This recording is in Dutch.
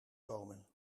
komen